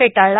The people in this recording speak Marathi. फेटाळला